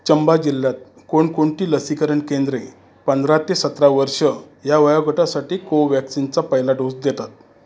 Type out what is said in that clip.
चंबा जिल्ह्यात कोणकोणती लसीकरण केंद्रे पंधरा ते सतरा वर्ष या वयोगटासाठी कोव्हॅक्सिनचा पहिला डोस देतात